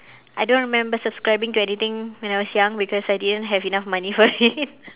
I don't remember subscribing to anything when I was young because I didn't have enough money for it